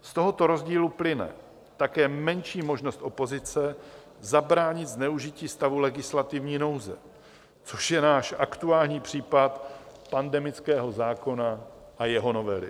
Z tohoto rozdílu plyne také menší možnost opozice zabránit zneužití stavu legislativní nouze, což je náš aktuální případ pandemického zákona a jeho novely.